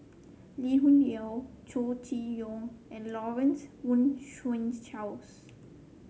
Lee Hoon Leong Chow Chee Yong and Lawrence Wong Shyun Tsai